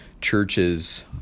churches